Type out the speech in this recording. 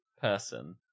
person